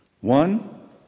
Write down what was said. one